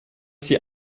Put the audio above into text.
sie